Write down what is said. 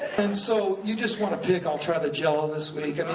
and so you just wanna pick, i'll try the jell-o this week,